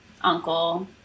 uncle